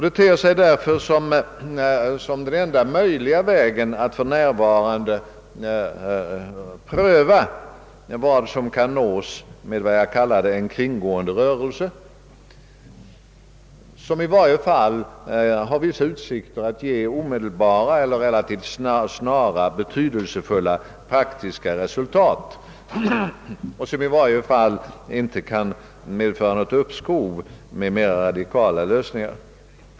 Det ter sig för närvarande som den enda möjliga vägen att pröva vad som kan nås med vad jag kallade en kringgående rörelse, som i varje fall har vissa utsikter att ge relativt snara, betydelsefulla, praktiska resultat och som inte gärna kan medföra något uppskov med mera radikala lösningar längre fram.